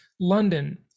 London